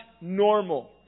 normal